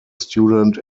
student